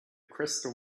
crystal